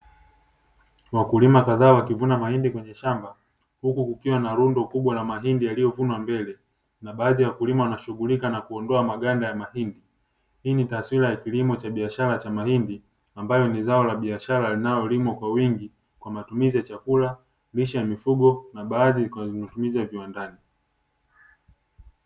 Wakulima kadhaa wakiwa wanavuna mahindi katika shamba, hulu kukiwa na rundo kubwa lililovunwa mbele na baadhi ya wakulima wanashunghulika nakuondoa magari kwenye mahindi, hii ni taswira ya biashara ya kilimo Cha mahindi ambao ni zao la biashara linalolimwa kwa wingi kwa matumizi ya chakula lishe kwa mifugo na baadhi kwamatumizi ya viwandani.